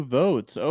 votes